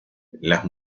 las